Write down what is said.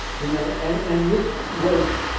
you know. and this was,